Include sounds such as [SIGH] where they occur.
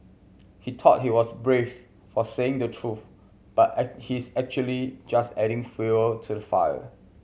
he thought he was brave for saying the truth but [UNINTELLIGIBLE] he is actually just adding fuel to the fire